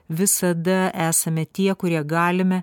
visada esame tie kurie galime